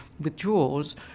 withdraws